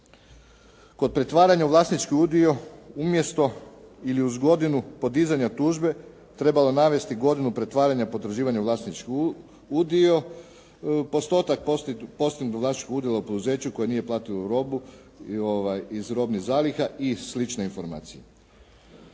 Kod pretvaranja u vlasnički udio, umjesto ili uz godinu podizanja tužbe trebalo je navesti godinu pretvaranja potraživanja u vlasnički udio, postotak postignutog vlasničkog udjela u poduzeću koje nije platilo robu iz robnih zaliha i slične informacije.